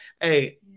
Hey